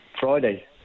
Friday